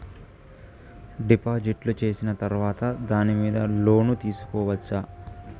డిపాజిట్లు సేసిన తర్వాత దాని మీద లోను తీసుకోవచ్చా?